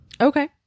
Okay